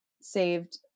Saved